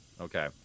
Okay